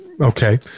okay